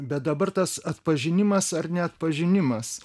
bet dabar tas atpažinimas ar neatpažinimas